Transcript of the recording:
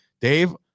Dave